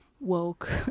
woke